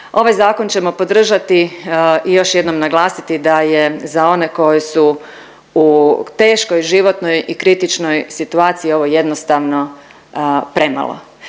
Ovaj Zakon ćemo podržati i još jednom naglasiti da je za one koji su u teškoj životnoj i kritičnoj situaciji ovo jednostavno premalo.